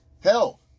Hell